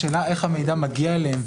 השאלה איך המידע מגיע אליהם,